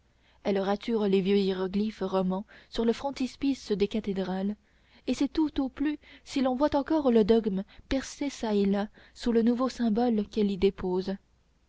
elle rature les vieux hiéroglyphes romans sur le frontispice des cathédrales et c'est tout au plus si l'on voit encore le dogme percer çà et là sous le nouveau symbole qu'elle y dépose